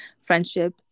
Friendship